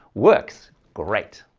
works. great.